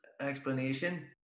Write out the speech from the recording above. explanation